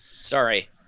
Sorry